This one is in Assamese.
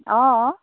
অঁ